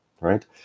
right